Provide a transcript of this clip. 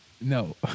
No